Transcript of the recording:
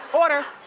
order.